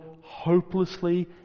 hopelessly